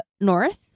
north